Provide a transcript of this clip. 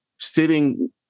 sitting